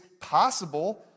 possible